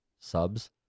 subs